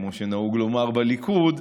כמו שנהוג לומר בליכוד,